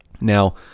Now